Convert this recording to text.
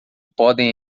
podem